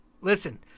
listen